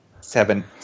Seven